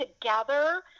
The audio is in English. together